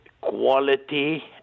quality